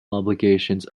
obligations